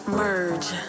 merge